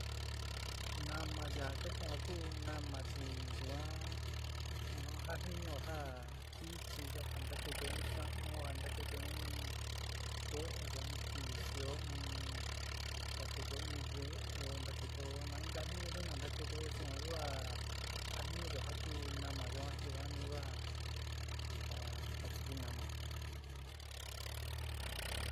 Náma chi a ka kan'o a kú náma chi yuan jatniñuo ja jɨchiyó ja ntakitío in saámaoó a ntakitío in ko'oyo in kisɨo in ntakitío in ve'ó ntakitío na in tajniñu kunio ntakitío yuan kua jatniñuyo ja ku náma yuan yuani ku a a siki náma.